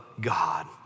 God